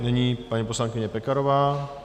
Nyní paní poslankyně Pekarová.